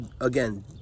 again